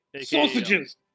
Sausages